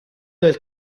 del